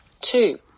two